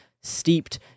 steeped